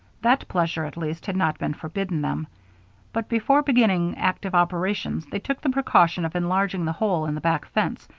that pleasure, at least, had not been forbidden them but before beginning active operations, they took the precaution of enlarging the hole in the back fence,